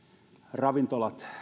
ravintolat